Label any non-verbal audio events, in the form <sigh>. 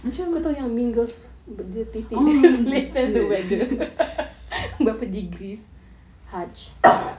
macam um <laughs>